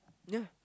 ya